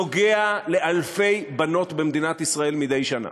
נוגע לאלפי בנות במדינת ישראל מדי שנה.